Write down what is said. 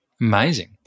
Amazing